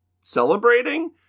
celebrating